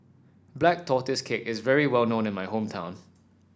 Black Tortoise Cake is very well known in my hometown